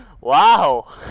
Wow